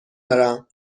دارم